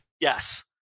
Yes